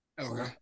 Okay